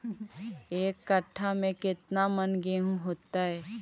एक कट्ठा में केतना मन गेहूं होतै?